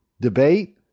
debate